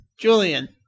Julian